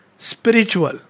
Spiritual